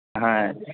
હા